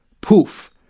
Poof